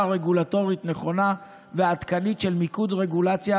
רגולטורית נכונה ועדכנית של מיקוד רגולציה,